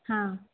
ହଁ